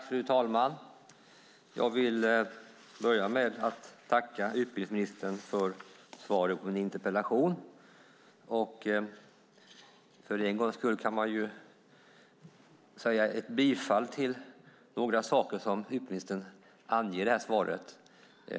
Fru talman! Jag vill börja med att tacka utbildningsministern för svaret på min interpellation. För en gångs skull kan man instämma i några saker som utbildningsministern anger i svaret.